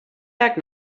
back